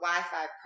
Wi-Fi